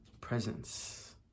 presence